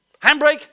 Handbrake